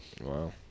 Wow